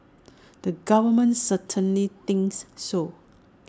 the government certainly thinks so